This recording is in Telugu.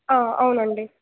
అవునండి